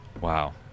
Wow